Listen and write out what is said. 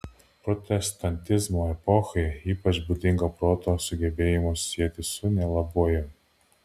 protestantizmo epochai ypač būdinga proto sugebėjimus sieti su nelabuoju